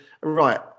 right